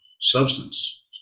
substance